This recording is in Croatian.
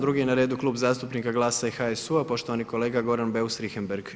Drugi je na redu Klub zastupnika GLAS-a i HSU-a, poštovani kolega Goran Beus Richembergh.